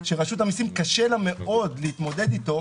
שרשות המסים קשה לה מאוד להתמודד אתו,